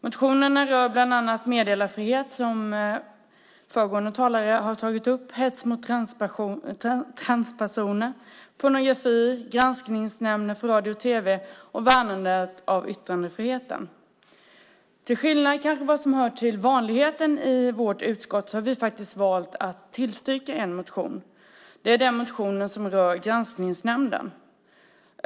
Motionerna berör bland annat meddelarfrihet, som föregående talare har tagit upp, hets mot transpersoner, pornografi, Granskningsnämnden för radio och tv samt värnandet av yttrandefriheten. Till skillnad mot vad som kanske hör till vanligheten i vårt utskott har vi faktiskt valt att tillstyrka en motion. Det är den motion som rör Granskningsnämnden.